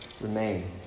Remain